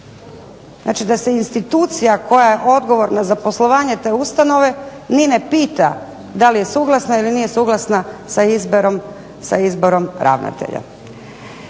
Znači da se institucija koja je odgovorna za poslovanje te ustanove ni ne pita da li je suglasna ili nije suglasna sa izborom ravnatelja.